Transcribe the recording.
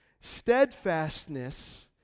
Steadfastness